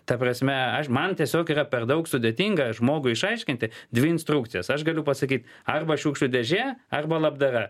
ta prasme aš man tiesiog yra per daug sudėtinga žmogui išaiškinti dvi instrukcijas aš galiu pasakyt arba šiukšlių dėžė arba labdara